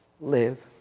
live